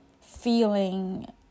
feeling